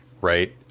right